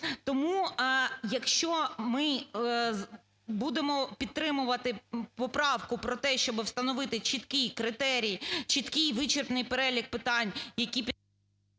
Тому, якщо ми будемо підтримувати поправку про те, щоб встановити чіткий критерій, чіткий вичерпний перелік питань, які…